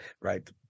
Right